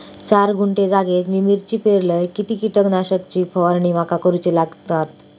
चार गुंठे जागेत मी मिरची पेरलय किती कीटक नाशक ची फवारणी माका करूची लागात?